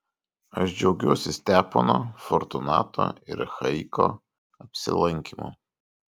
aš džiaugiuosi stepono fortunato ir achaiko apsilankymu